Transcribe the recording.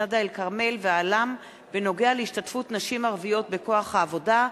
"מדה אל-כרמל" ו"אעלאם" בנוגע להשתתפות נשים ערביות בכוח העבודה,